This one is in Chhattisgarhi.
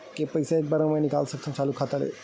के पईसा एक बार मा मैं निकाल सकथव चालू खाता ले?